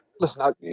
listen